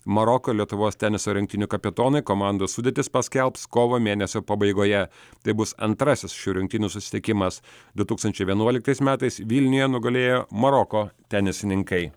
maroko lietuvos teniso rinktinių kapitonai komandos sudėtis paskelbs kovo mėnesio pabaigoje tai bus antrasis šių rinktinių susitikimas du tūkstančiai vienuoliktais metais vilniuje nugalėjo maroko tenisininkai